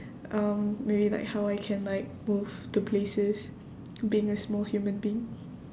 um maybe like how I can like move to places being a small human being